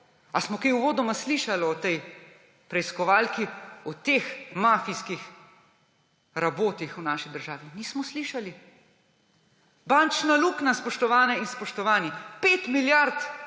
Ali smo kaj uvodoma slišali o tej preiskovalki, o teh mafijskih rabotah v naši državi? Nismo slišali. Bančna luknja. Spoštovane in spoštovani, 5 milijard